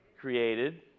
created